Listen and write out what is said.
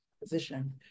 position